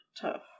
tough